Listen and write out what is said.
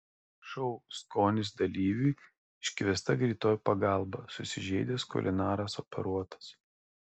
šou skonis dalyviui iškviesta greitoji pagalba susižeidęs kulinaras operuotas